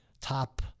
top